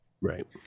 Right